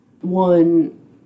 one